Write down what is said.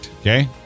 Okay